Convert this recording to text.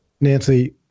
Nancy